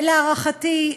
להערכתי,